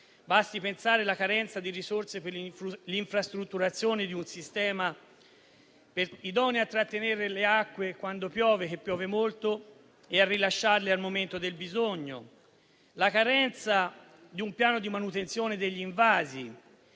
Basti pensare alla carenza di risorse per l'infrastrutturazione di un sistema idoneo a trattenere le acque quando piove molto e a rilasciarle al momento del bisogno; alla carenza di un piano di manutenzione degli invasi;